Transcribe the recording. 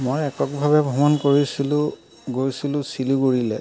মই এককভাৱে ভ্ৰমণ কৰিছিলো গৈছিলো ছিলিগুৰিলৈ